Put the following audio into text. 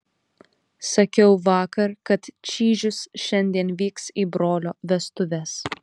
sakiau vakar kad čyžius šiandien vyks į brolio vestuves